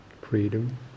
freedom